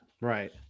Right